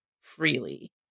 freely